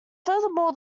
furthermore